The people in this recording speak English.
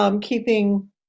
keeping